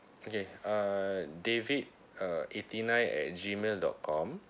okay uh david uh eighty nine at Gmail dot com